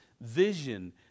vision